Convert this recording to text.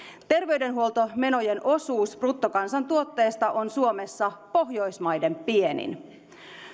terveydenhuoltomenojen osuus bruttokansantuotteesta on suomessa pohjoismaiden pienin